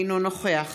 אינו נוכח